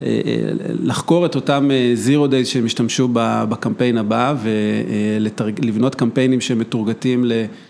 לחקור את אותם זירודייט שהם השתמשו בקמפיין הבא ולבנות קמפיינים שמתורגתים